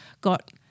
got